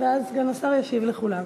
ואז סגן השר ישיב לכולם.